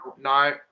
No